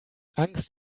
angst